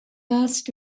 asked